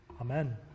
Amen